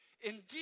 indeed